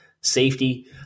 safety